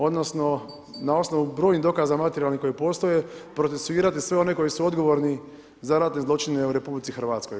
Odnosno na osnovu brojnih dokaza materijalnih koji postoje, procesuirati sve one koji su odgovorni za ratne zločine u RH.